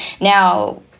Now